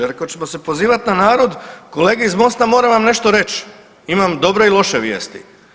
Reko ako ćemo se pozivati na „narod“ kolege iz MOST-a moram vam nešto reći, imam dobre i loše vijesti.